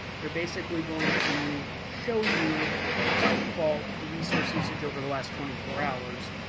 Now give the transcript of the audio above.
they're basically going to show you by default the resource usage over the last twenty four hours,